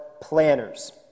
planners